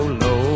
low